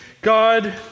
God